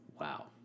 Wow